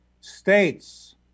states